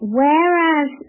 whereas